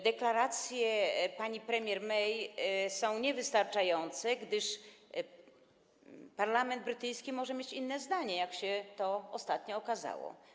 Deklaracje pani premier May są niewystarczające, gdyż parlament brytyjski może mieć inne zdanie, jak się ostatnio okazało.